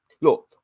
look